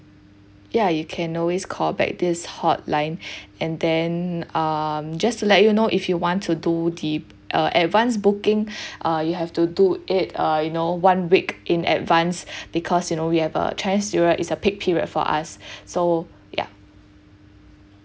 yeah you can always call back this hotline and then um just to let you know if you want to do the uh advance booking uh you have to do it uh you know one week in advance because you know we have uh chinese new year is a peak period for us so yeah